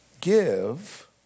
give